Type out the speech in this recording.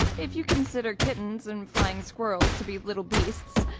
if you consider kittens and flying squirrels to be little beasts.